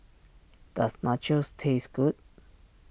does Nachos taste good